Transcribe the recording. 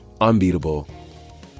unbeatable